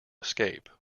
escape